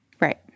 Right